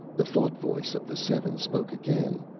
the thought-voice of the seven spoke again.